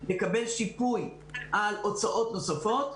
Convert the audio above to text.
לקבל שיפוי על הוצאות נוספות,